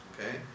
Okay